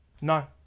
no